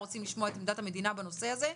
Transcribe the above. לשמוע את עמדת המדינה בנושא הזה.